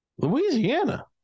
Louisiana